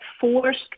forced